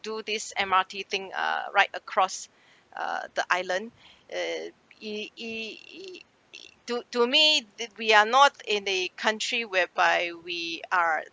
do this M_R_T thing uh right across uh the island uh it it to to me did we are not in the country whereby we are